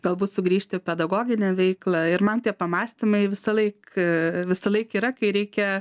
galbūt sugrįžt į pedagoginę veiklą ir man tie pamąstymai visą laiką visąlaik visąlaik yra kai reikia